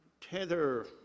tether